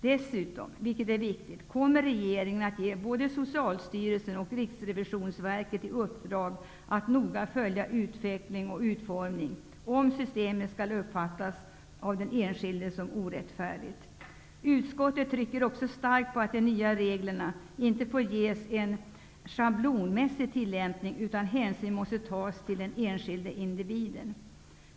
Dessutom -- och det är viktigt -- kommer regeringen att ge både Socialstyrelsen och Riksrevisonsverket i uppdrag att noga följa om utvecklingen och utformningen av systemet av den enskilde uppfattas som orättfärdigt. Utskottet trycker också starkt på att de nya reglerna inte får ges en schablonmässig tillämpning utan att hänsyn måste tas till den enskilde individen.